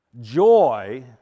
joy